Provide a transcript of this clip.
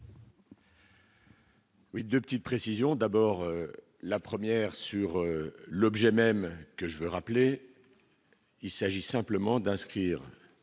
2 petites précisions : d'abord la première sur l'objet même que je veux rappeler, il s'agit simplement d'inscrire